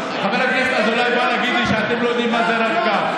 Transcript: חבר הכנסת אזולאי בא להגיד לי שאתם לא יודעים מה זה רב-קו.